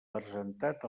presentat